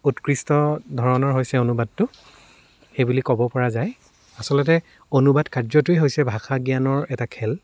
উৎকৃষ্ট ধৰণৰ হৈছে অনুবাদটো সেই বুলি ক'ব পৰা যায় আচলতে অনুবাদ কাৰ্যটোৱেই হৈছে ভাষা জ্ঞানৰ এটা খেল